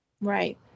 Right